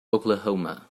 oklahoma